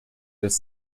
des